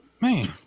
man